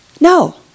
No